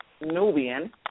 Nubian